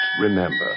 remember